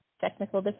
Technical